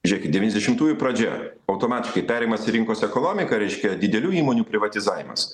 žiūrėkit devyniasdešimtųjų pradžia automatiškai perėjimas į rinkos ekonomiką reiškia didelių įmonių privatizavimas